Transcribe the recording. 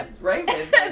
right